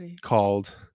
called